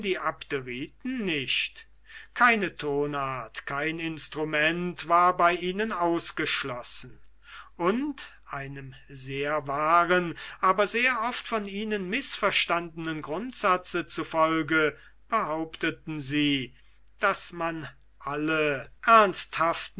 abderiten nicht keine tonart kein instrument war bei ihnen ausgeschlossen und einem sehr wahren aber sehr oft von ihnen mißverstandnen grundsatze zufolge behaupteten sie daß man alle